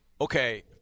okay